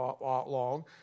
long